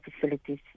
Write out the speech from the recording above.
facilities